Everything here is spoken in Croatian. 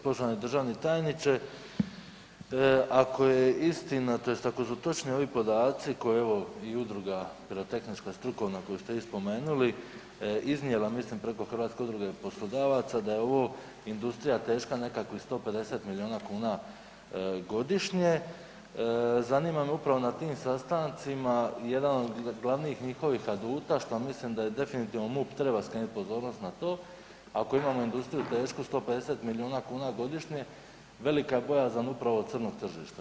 Poštovani državni tajniče, ako je istina, tj. ako su točni ovi podaci koji evo i udruga pirotehnička strukovna koju ste vi spomenuli iznijela mislim preko Hrvatske udruge poslodavaca da je ovo industrija teška nekakvih 150 miliona kuna godišnje, zanima me upravo na tim sastancima jedan od glavnih njihovih aduta što ja mislim da je definitivno MUP treba skrenut pozornost na to, ako imamo industriju tešku 150 milijuna kuna godišnje velika je bojazan upravo crnog tržišta.